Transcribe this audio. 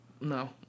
No